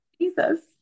Jesus